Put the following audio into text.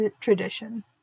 tradition